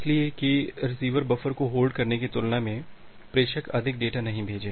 इसलिए कि receiver buffer को होल्ड करने की तुलना में प्रेषक अधिक डेटा नहीं भेजे